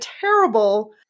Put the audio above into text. terrible